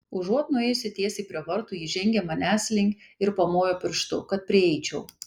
užuot nuėjusi tiesiai prie vartų ji žengė manęs link ir pamojo pirštu kad prieičiau